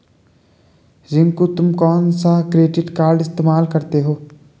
रिंकू तुम कौन सा क्रेडिट कार्ड इस्तमाल करते हो?